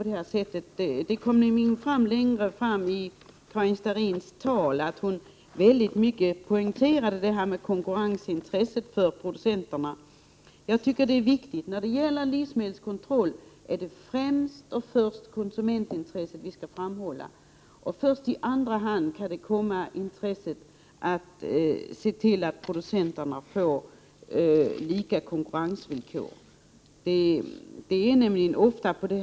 Det framgick nämligen senare i Karin Starrins anförande att hon starkt poängterade konkurrensintresset för producenterna. När det gäller livsmedelskontroll är det enligt min mening i första hand konsumentintresset som vi skall framhålla. Intresset att se till att producenterna får lika konkurrensvillkor bör komma i andra hand.